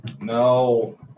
No